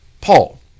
Paul